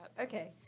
Okay